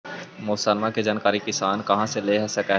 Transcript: मौसम के जानकारी किसान कहा से ले सकै है?